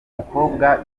mukobwa